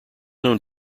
known